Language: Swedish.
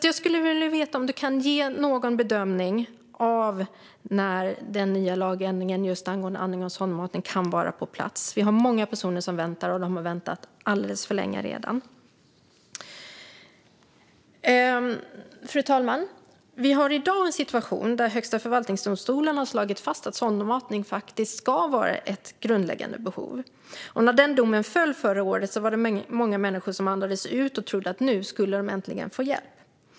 Jag skulle vilja veta om du har någon bedömning av när den nya lagändringen angående just andning och sondmatning kan vara på plats. Det är många personer som väntar, och de har redan väntat alldeles för länge. Fru talman! Vi har i dag en situation där Högsta förvaltningsdomstolen har slagit fast att sondmatning faktiskt ska räknas som ett grundläggande behov. När den domen föll förra året var det många människor som andades ut och trodde att nu skulle de äntligen få hjälp.